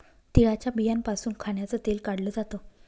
तिळाच्या बियांपासून खाण्याचं तेल काढल जात